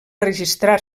registrar